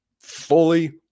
Fully